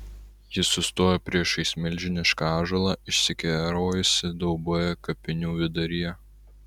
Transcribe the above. ji sustojo priešais milžinišką ąžuolą išsikerojusį dauboje kapinių viduryje